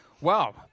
Wow